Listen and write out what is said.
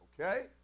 Okay